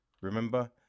remember